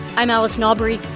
i'm allison aubrey.